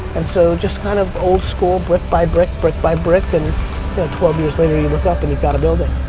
and so just kind of old school, brick by brick, brick by brick and twelve years later you look up and you've got a building.